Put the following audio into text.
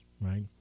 right